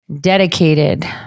dedicated